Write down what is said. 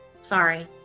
Sorry